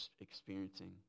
experiencing